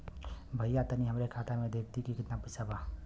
भईया तनि हमरे खाता में देखती की कितना पइसा बा?